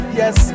yes